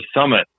summit